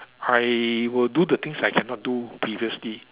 I will do the things I cannot do previously